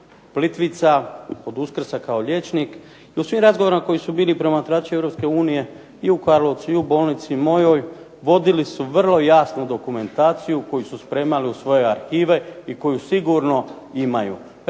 Plitvica, od Uskrsa kao liječnik i u svim razgovorima koji su bili promatrači Europske unije i u Karlovcu i u bolnici mojoj vodili su vrlo jasnu dokumentaciju koju su spremali u svoje arhive i koju sigurno imaju.